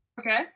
Okay